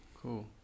Cool